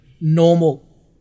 normal